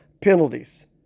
penalties